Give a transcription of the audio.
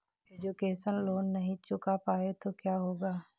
Education loan नहीं चुका पाए तो क्या होगा?